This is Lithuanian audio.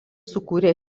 sukūrė